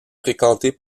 fréquenté